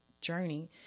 journey